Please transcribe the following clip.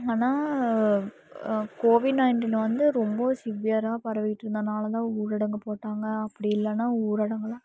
ஆனால் covid nineteen வந்து ரொம்ப சிவியராக பரவிக்கிட்டு இருந்ததுனால் தான் ஊரடங்கு போட்டாங்க அப்படி இல்லைனா ஊரடங்கு எல்லாம்